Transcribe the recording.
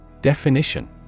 Definition